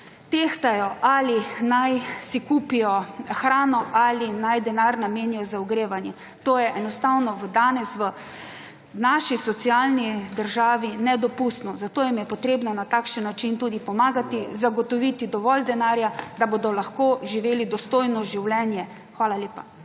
tehtajo, ali naj si kupijo hrano ali naj denar namenijo za ogrevanje. To je enostavno danes v naši socialni državi nedopustno. Zato jim je potrebno na takšen način tudi pomagati, zagotoviti dovolj denarja, da bodo lahko živeli dostojno življenje. Hvala lepa.